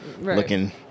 looking